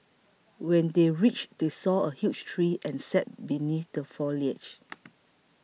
when they reached they saw a huge tree and sat beneath the foliage